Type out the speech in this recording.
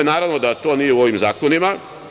Naravno, to nije u vojnim zakonima.